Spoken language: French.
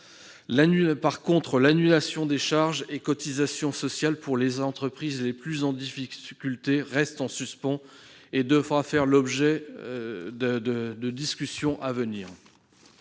revanche, l'annulation des charges et cotisations sociales pour les entreprises les plus en difficulté reste en suspens et devra faire l'objet de discussions à venir.